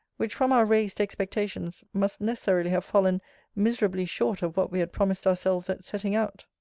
which from our raised expectations must necessarily have fallen miserably short of what we had promised ourselves at setting out.